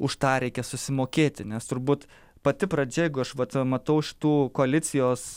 už tą reikia susimokėti nes turbūt pati pradžia jeigu aš vat matau šitų koalicijos